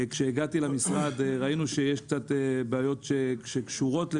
כשהגעתי למשרד ראינו שיש קצת בעיות שקשורות לשירות,